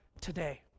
today